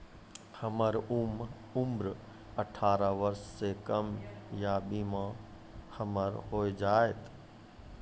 हमर उम्र अठारह वर्ष से कम या बीमा हमर हो जायत?